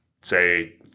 Say